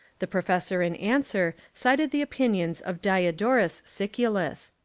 the professor in answer cited the opinions of diodorus siculus.